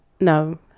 No